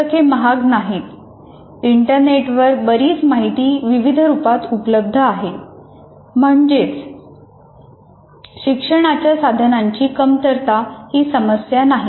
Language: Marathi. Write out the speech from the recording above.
पुस्तके महाग नाहीत इंटरनेटवर बरी ची माहिती विविध रूपात उपलब्ध आहे म्हणजेच शिक्षणाच्या साधनांची कमतरता ही समस्या नाही